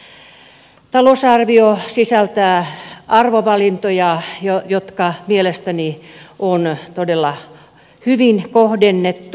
talousarvio sisältää arvovalintoja jotka mielestäni on todella hyvin kohdennettu